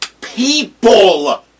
people